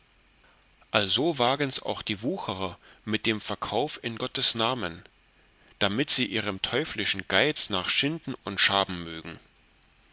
also wagens auch die wucherer mit dem verkauf in gottes namen damit sie ihrem teuflischen geiz nach schinden und schaben mögen